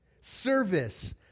service